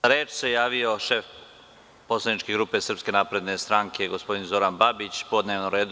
Za reč se javio šef poslaničke grupe Srpske napredne stranke, gospodin Zoran Babić, po dnevnom redu.